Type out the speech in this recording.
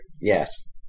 yes